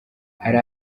hari